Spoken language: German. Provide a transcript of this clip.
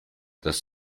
dass